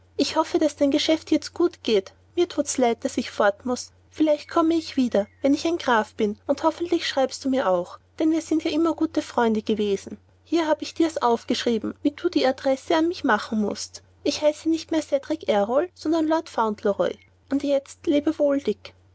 ich hoffe daß dein geschäft jetzt gut geht mir thut's leid daß ich fort muß vielleicht komme ich wieder wenn ich ein graf bin und hoffentlich schreibst du mir auch denn wir sind ja immer gute freunde gewesen hier hab ich dir's aufgeschrieben wie du die adresse an mich machen mußt ich heiße nicht mehr cedrik errol sondern lord fauntleroy und jetzt lebe wohl dick